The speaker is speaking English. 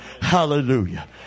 Hallelujah